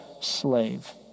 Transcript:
slave